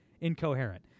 incoherent